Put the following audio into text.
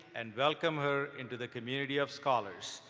and welcome her into the community of scholars.